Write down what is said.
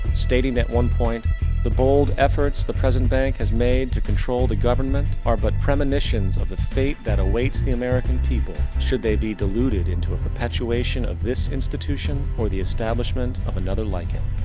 stating that one point the bold efforts the present bank has made to control the government. are but premonitions of the fate that awaits the american people should they be deluded into a perpetuation of this institution or, the establishment of another like it.